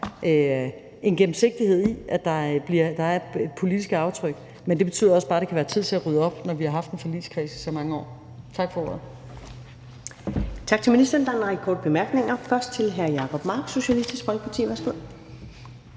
en gennemsigtighed i det politiske aftryk. Men det betyder også bare, at det kan være tid til at rydde op, når vi har haft en forligskreds i så mange år. Tak for ordet. Kl. 17:14 Første næstformand (Karen Ellemann): Tak til ministeren. Der er en række korte bemærkninger, først fra hr. Jacob Mark, Socialistisk Folkeparti.